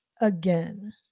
again